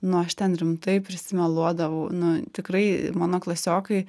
nu aš ten rimtai prisimeluodavau nu tikrai mano klasiokai